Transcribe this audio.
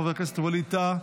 חבר הכנסת יצחק פינדרוס,